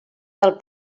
del